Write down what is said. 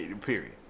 period